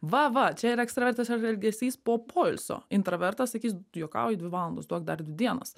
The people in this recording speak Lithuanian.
va va čia yra ekstravertas ir jo elgesys po poilsio intravertas sakys juokauji dvi valandos duok dar dvi dienas